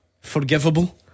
forgivable